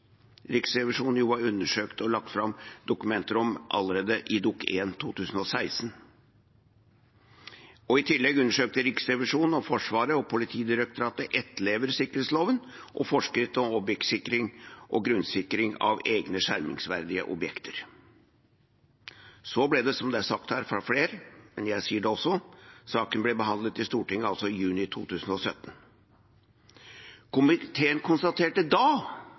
Riksrevisjonen undersøkte og la fram dokumenter om allerede i Dokument 1 for 2016–2017. I tillegg undersøkte Riksrevisjonen om Forsvaret og Politidirektoratet etterlever sikkerhetsloven og forskrift om objektsikring og grunnsikring av egne skjermingsverdige objekter. Som det er sagt her av flere, men jeg sier det også, ble saken behandlet i Stortinget i juni 2017. Komiteen – altså den forrige komiteen – konstaterte da